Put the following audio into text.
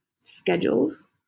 schedules